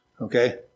okay